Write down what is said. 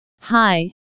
hi